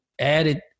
added